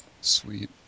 Sweet